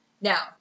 Now